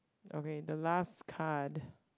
okay the last card